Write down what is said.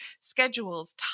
schedules